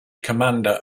commander